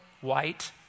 white